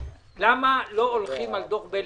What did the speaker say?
למה לא הולכים על דוח בלינקוב.